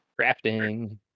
Crafting